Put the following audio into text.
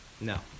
No